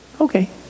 okay